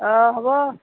অঁ হ'ব